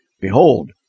Behold